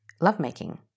lovemaking